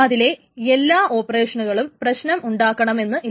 അതിലെ എല്ലാ ഓപ്പറേഷനുകളും പ്രശ്നം ഉണ്ടാക്കണമെന്ന് ഇല്ല